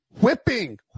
whipping